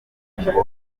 ingore